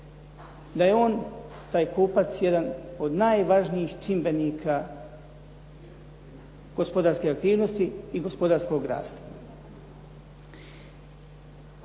Da je on, taj kupac jedan od najvažnijih čimbenika gospodarske aktivnosti i gospodarskog rasta.